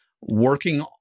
working